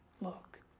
look